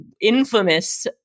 infamous